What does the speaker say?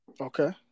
Okay